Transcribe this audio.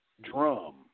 drum